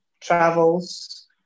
travels